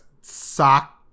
sock